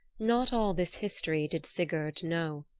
not all this history did sigurd know.